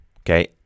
Okay